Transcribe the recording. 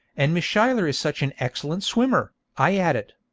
and miss schuyler is such an excellent swimmer i added.